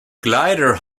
glider